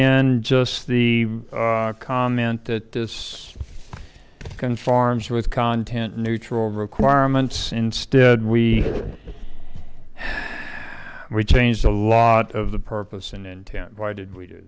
in just the comment that this can farms with content neutral requirements instead we were changed a lot of the purpose and intent why did we do